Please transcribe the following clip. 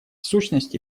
сущности